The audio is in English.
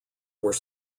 were